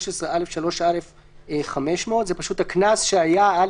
13(א)(3א) "500"" זה פשוט הקנס שהיה על